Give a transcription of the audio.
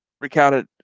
recounted